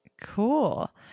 Cool